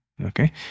Okay